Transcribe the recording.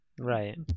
Right